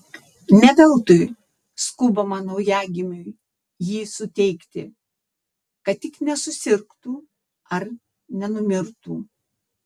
ne veltui skubama naujagimiui jį suteikti kad tik nesusirgtų ar nenumirtų